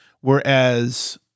whereas